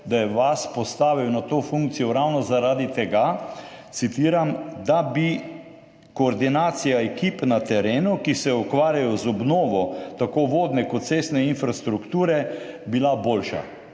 da je vas postavil na to funkcijo ravno zaradi tega, citiram, »da bi koordinacija ekip na terenu, ki se ukvarjajo z obnovo tako vodne kot cestne infrastrukture, bila boljša«.